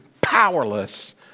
powerless